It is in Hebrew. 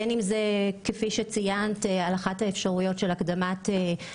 בין עם זה על אחת האפשרויות של הקדמת התקופה